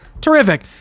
Terrific